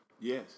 Yes